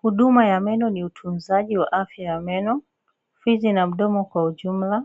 Huduma ya meno ni utunzaji wa afya ya meno, ufizi na mdomo kwa ujumla